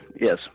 yes